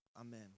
Amen